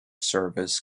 service